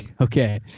okay